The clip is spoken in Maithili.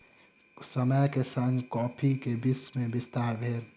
समय के संग कॉफ़ी के विश्व में विस्तार भेल